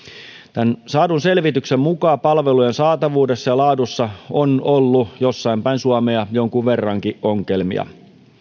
tämän saadun selvityksen mukaan palvelujen saatavuudessa ja laadussa on ollut jossain päin suomea jonkin verran ongelmia